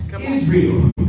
Israel